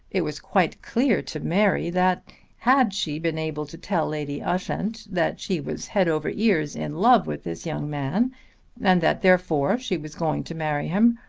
it was quite clear to mary that had she been able to tell lady ushant that she was head over ears in love with this young man and that therefore she was going to marry him,